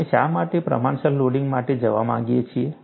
આપણે શા માટે પ્રમાણસર લોડિંગ માટે જવા માંગીએ છીએ